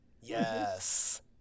Yes